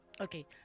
Okay